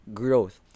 growth